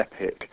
epic